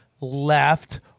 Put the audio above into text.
left